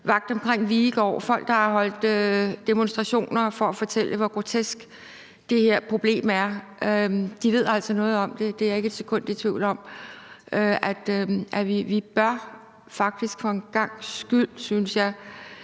vagt omkring Viegård; folk, der holdt demonstrationer for at fortælle, hvor grotesk det her problem er. De ved altså noget om det; det er jeg ikke et sekund i tvivl om. Vi bør faktisk for en gangs skyld, synes jeg,